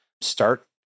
start